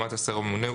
בהסכמת השר הממונה,